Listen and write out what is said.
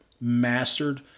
mastered